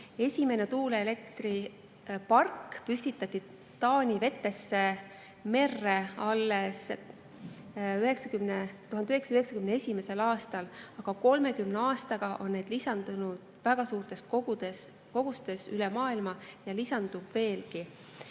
Esimene tuuleelektripark püstitati Taani vetes merre alles 1991. aastal, aga 30 aastaga on neid lisandunud väga suurtes kogustes üle maailma ja lisandub veelgi.